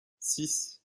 six